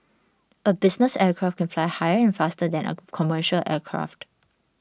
a business aircraft can fly higher and faster than a commercial aircraft